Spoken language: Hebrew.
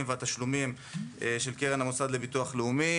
והתשלומים של קרן הביטוח הלאומי.